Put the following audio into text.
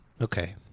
Okay